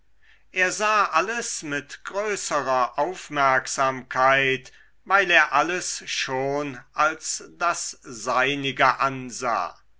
er sah alles mit größerer aufmerksamkeit weil er alles schon als das seinige ansah